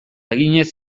eginez